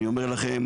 אני אומר לכם,